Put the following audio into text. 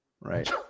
right